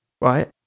Right